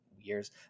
years